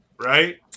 right